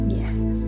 yes